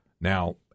Now